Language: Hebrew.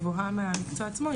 גבוהה מהמקצוע עצמו,